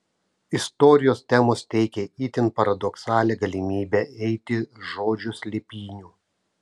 istorijos temos teikė itin paradoksalią galimybę eiti žodžio slėpynių